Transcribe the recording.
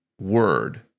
word